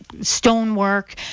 stonework